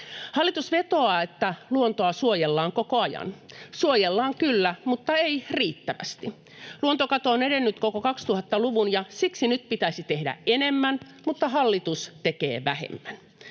Hallitus vetoaa, että luontoa suojellaan koko ajan — suojellaan kyllä, mutta ei riittävästi. Luontokato on edennyt koko 2000-luvun, ja siksi nyt pitäisi tehdä enemmän, mutta hallitus tekee vähemmän.